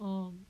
oh